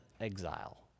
exile